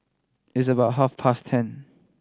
its about half past ten